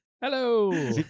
Hello